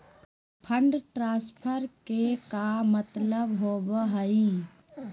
Fund transfer के का मतलब होव हई?